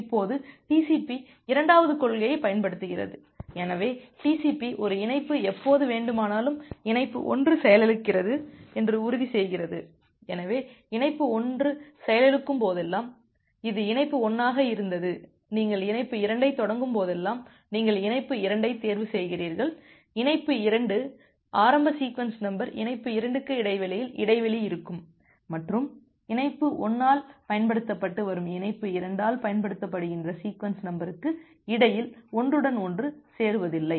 இப்போது TCP இரண்டாவது கொள்கையைப் பயன்படுத்துகிறது எனவே TCP ஒரு இணைப்பு எப்போது வேண்டுமானாலும் இணைப்பு 1 செயலிழக்கிறது என்று உறுதி செய்கிறது எனவே இணைப்பு 1 செயலிழக்கும் போதெல்லாம் இது இணைப்பு 1 ஆக இருந்தது நீங்கள் இணைப்பு 2 ஐத் தொடங்கும் போதெல்லாம் நீங்கள் இணைப்பு 2 ஐத் தேர்வு செய்கிறீர்கள் இணைப்பு 2 இன் ஆரம்ப சீக்வென்ஸ் நம்பர் இணைப்பு 2 க்கு இடையில் இடைவெளி இருக்கும் மற்றும் இணைப்பு 1 ஆல் பயன்படுத்தப்பட்டு வரும் இணைப்பு 2 ஆல் பயன்படுத்தப்படுகின்ற சீக்வென்ஸ் நம்பருக்கு இடையில் ஒன்றுடன் ஒன்று சேருவதில்லை